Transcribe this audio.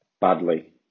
badly